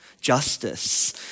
justice